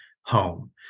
home